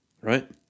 right